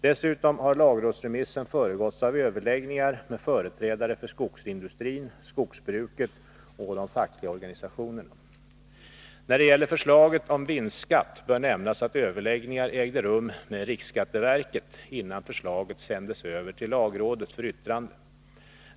Dessutom har lagrådsremissen föregåtts av överläggningar med företrädare för skogsindustrin, skogsbruket och de fackliga organisationerna. När det gäller förslaget om vinstskatt bör nämnas att överläggningar ägde rum med riksskatteverket innan förslaget sändes över till lagrådet för yttrande.